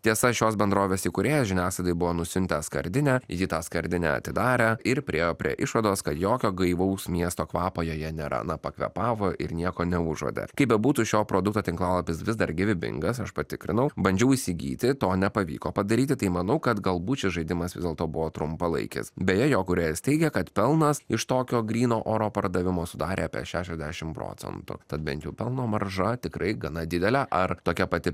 tiesa šios bendrovės įkūrėjas žiniasklaidai buvo nusiuntęs skardinę ji tą skardinę atidarė ir priėjo prie išvados kad jokio gaivaus miesto kvapo joje nėra na pakvėpavo ir nieko neužuodė kaip bebūtų šio produkto tinklalapis vis dar gyvybingas aš patikrinau bandžiau įsigyti to nepavyko padaryti tai manau kad galbūt šis žaidimas vis dėlto buvo trumpalaikis beje jo kūrėjas teigia kad pelnas iš tokio gryno oro pardavimo sudarė apie šešiasdešimt procentų tad bent jau pelno marža tikrai gana didelė ar tokia pati